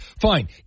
fine